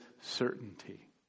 certainty